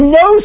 no